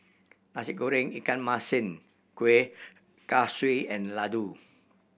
Nasi Goreng ikan masin Kueh Kaswi and laddu